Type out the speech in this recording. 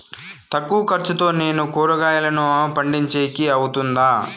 తక్కువ ఖర్చుతో నేను కూరగాయలను పండించేకి అవుతుందా?